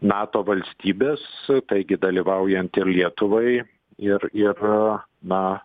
nato valstybės taigi dalyvaujant ir lietuvai ir ir na